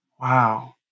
Wow